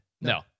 No